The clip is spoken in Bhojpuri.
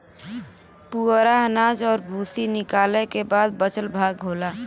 पुवरा अनाज और भूसी निकालय क बाद बचल भाग होला